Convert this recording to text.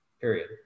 period